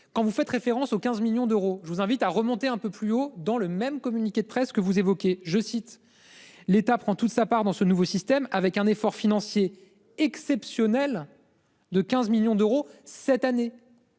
Quand vous faites référence aux 15 millions d'euros. Je vous invite à remonter un peu plus haut dans le même communiqué de presse que vous évoquez, je cite. L'état prend toute sa part dans ce nouveau système avec un effort financier exceptionnel de 15 millions d'euros cette année.